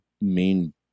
main